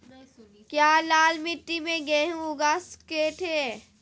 क्या लाल मिट्टी में गेंहु उगा स्केट है?